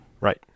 Right